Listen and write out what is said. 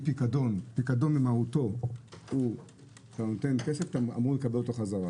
פיקדון במהותו הוא כסף שאמורים לקבל חזרה,